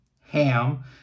Ham